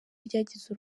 ryagize